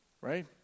Right